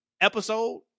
episode